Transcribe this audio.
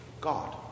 God